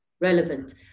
relevant